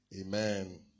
Amen